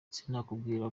sinakubwira